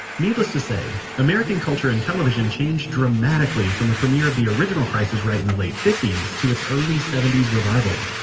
needless to say, american culture and television changed dramatically from the premiere of the original price is right in the late fifties to the it's early seventies revival.